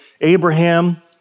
Abraham